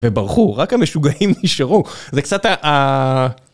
וברחו, רק המשוגעים נשארו, זה קצת אה...